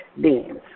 beans